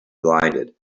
blinded